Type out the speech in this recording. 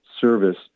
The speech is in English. service